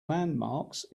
landmarks